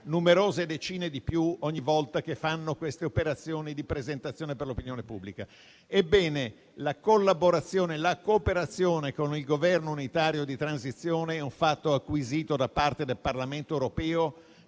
numerose decine di più ogni volta che si fanno queste operazioni di presentazione per l'opinione pubblica. La collaborazione e la cooperazione con il Governo unitario di transizione è un fatto acquisito da parte del Parlamento europeo